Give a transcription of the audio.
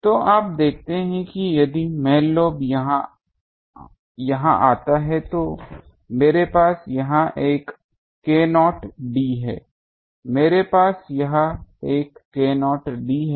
तो आप देखते हैं कि यदि मैन लोब यहां आता है तो मेरे पास यहां एक k0d है मेरे पास यहां एक माइनस k0d है